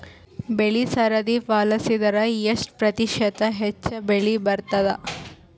ಬೆಳಿ ಸರದಿ ಪಾಲಸಿದರ ಎಷ್ಟ ಪ್ರತಿಶತ ಹೆಚ್ಚ ಬೆಳಿ ಬರತದ?